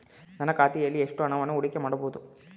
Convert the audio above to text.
ನನ್ನ ಖಾತೆಯಲ್ಲಿ ಎಷ್ಟು ಹಣವನ್ನು ಹೂಡಿಕೆ ಮಾಡಬಹುದು?